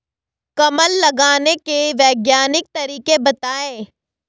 कमल लगाने के वैज्ञानिक तरीके बताएं?